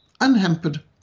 unhampered